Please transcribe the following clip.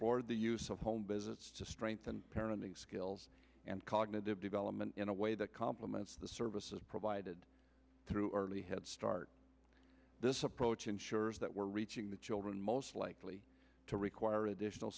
explored the use of home visits to strengthen parenting skills and cognitive development in a way that complements the services provided through early head start this approach ensures that we're reaching the children most likely to require additional